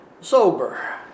sober